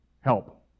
Help